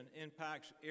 impacts